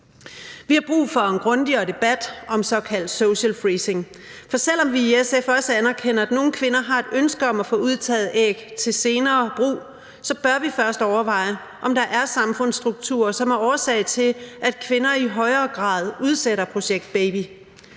Vi har brug for en grundigere debat om såkaldt social freezing, for selv om vi i SF også anerkender, at nogle kvinder har et ønske om at få udtaget æg til senere brug, så bør vi først overveje, om der er samfundsstrukturer, som er årsag til, at kvinder i højere grad udsætter projekt baby.